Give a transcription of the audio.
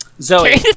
Zoe